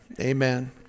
Amen